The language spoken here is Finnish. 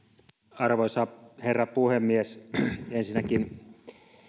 arvoisa herra puhemies ensinnäkin